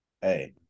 hey